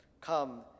come